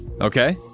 Okay